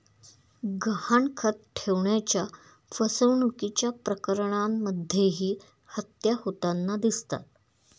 गहाणखत ठेवण्याच्या फसवणुकीच्या प्रकरणांमध्येही हत्या होताना दिसतात